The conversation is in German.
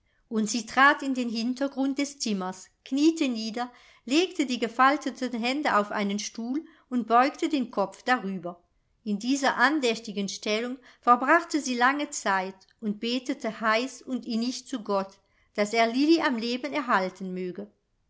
und sie trat in den hintergrund des zimmers kniete nieder legte die gefalteten hände auf einen stuhl und beugte den kopf darüber in dieser andächtigen stellung verbrachte sie lange zeit und betete heiß und innig zu gott daß er lilli am leben erhalten möge